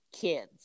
kids